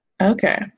Okay